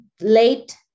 late